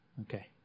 Okay